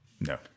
No